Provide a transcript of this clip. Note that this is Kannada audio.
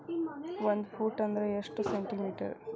ಒಂದು ಫೂಟ್ ಅಂದ್ರ ಎಷ್ಟು ಸೆಂಟಿ ಮೇಟರ್?